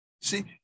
See